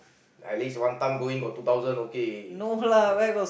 at least one time go in got two thousand okay